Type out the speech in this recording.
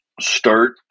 Start